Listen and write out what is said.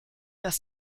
dass